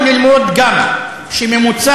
יכול ללמוד גם שממוצע,